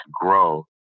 grow